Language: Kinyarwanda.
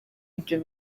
ibyo